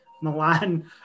Milan